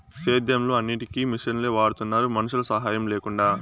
సేద్యంలో అన్నిటికీ మిషనులే వాడుతున్నారు మనుషుల సాహాయం లేకుండా